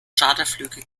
charterflüge